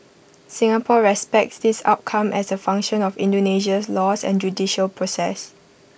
Singapore respects this outcome as A function of Indonesia's laws and judicial process